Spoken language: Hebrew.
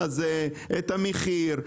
את המחיר,